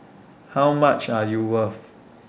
how much are you worth